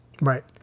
Right